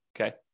okay